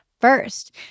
first